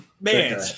man